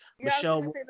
Michelle